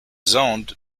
zoned